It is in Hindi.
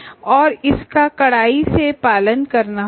और इसका कड़ाई से पालन करना होगा